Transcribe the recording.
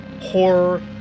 horror